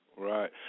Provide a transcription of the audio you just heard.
Right